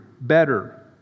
better